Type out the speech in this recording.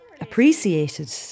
appreciated